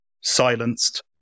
silenced